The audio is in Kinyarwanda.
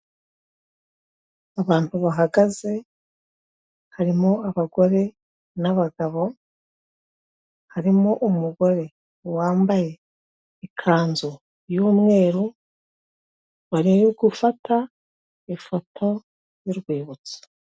Abantu bahagaze harimo abagore n'abagabo, harimo umugore wambaye ikanzu y'umweru bari gufata ifoto y'urwibutso.